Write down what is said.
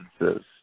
instances